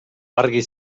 argi